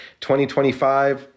2025